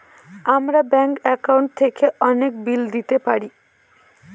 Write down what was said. আমরা bank account থেকে অনেক বিল দিতে পারি